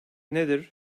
nedir